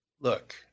look